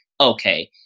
okay